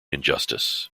injustice